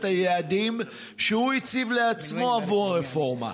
היעדים שהוא הציב לעצמו עבור הרפורמה: